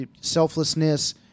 selflessness